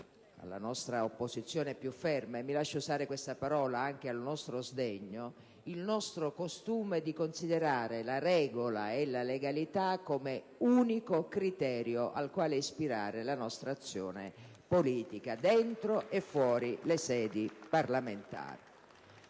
alla nostra opposizione più ferma e, mi lasci usare questa parola, anche al nostro sdegno, il nostro costume di considerare la regola e la legalità come unico criterio al quale ispirare la nostra azione politica, dentro e fuori le sedi parlamentari.